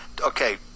okay